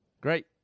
Great